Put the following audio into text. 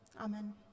Amen